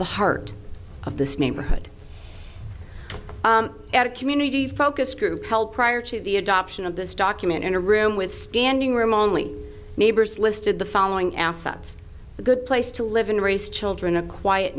the heart of this neighborhood at a community focus group help prior to the adoption of this document in a room with standing room only neighbors listed the following assets a good place to live and raise children a quiet